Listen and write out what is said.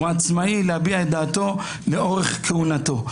הוא עצמאי להביע את דעתו לאורך כהונתו.